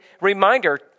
reminder